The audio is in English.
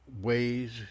ways